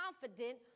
confident